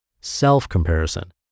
self-comparison